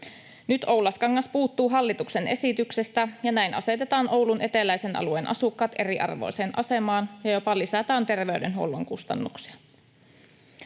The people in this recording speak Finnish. Nyt Oulaskangas puuttuu hallituksen esityksestä, ja näin asetetaan Oulun eteläisen alueen asukkaat eriarvoiseen asemaan ja jopa lisätään terveydenhuollon kustannuksia.